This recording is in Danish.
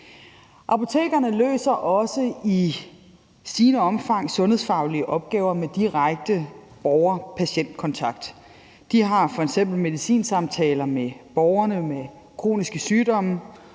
Apotekerne løser også i stigende omfang sundhedsfaglige opgaver med direkte borgerkontakt. De har f.eks. medicinsamtaler med borgere med kroniske sygdomme,